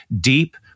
deep